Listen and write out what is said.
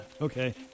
Okay